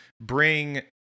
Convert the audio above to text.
bring